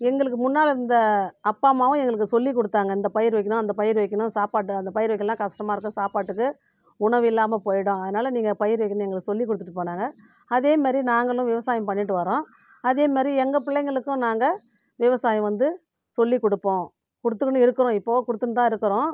எங்களுக்கு முன்னால் இருந்த அப்பா அம்மாவும் எங்களுக்கு சொல்லிக் கொடுத்தாங்க இந்த பயிர் வைக்கணும் அந்த பயிர் வைக்கணும் சாப்பாட்டை அந்த பயிர் வைக்கலனா கஷ்டமாக இருக்கும் சாப்பாட்டுக்கு உணவு இல்லாமல் போயிடும் அதனால் நீங்கள் பயிர் வைக்கணுன்னு எங்களுக்கு சொல்லிக் கொடுத்துட்டு போனாங்க அதேமாதிரி நாங்களும் விவசாயம் பண்ணிட்டு வரோம் அதே மாதிரி எங்கள் பிள்ளைங்களுக்கும் நாங்கள் விவசாயம் வந்து சொல்லிக் கொடுப்போம் கொடுத்துக்குனு இருக்கிறோம் இப்போவும் கொடுத்துன் தான் இருக்கிறோம்